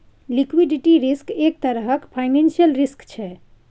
liquidity risk एक तरहक financial risk छै